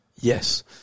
Yes